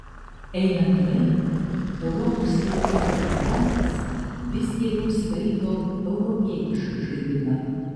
einant laikui europos taurės debiutantas vis geriau skaito europietišką žaidimą